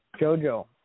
Jojo